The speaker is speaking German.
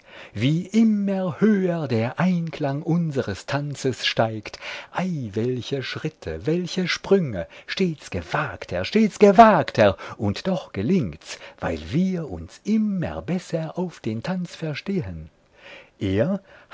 wie immer höher der einklang unseres tanzes steigt ei welche schritte welche sprünge stets gewagter stets gewagter und doch gelingt's weil wir uns immer besser auf den tanz verstehen er